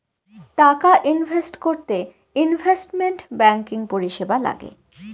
টাকা ইনভেস্ট করতে investment banking পরিষেবা লাগে